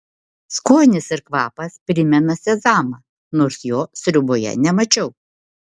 skonis ir kvapas primena sezamą nors jo sriuboje nemačiau